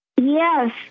Yes